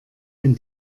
ein